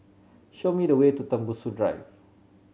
show me the way to Tembusu Drive